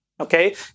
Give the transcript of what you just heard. okay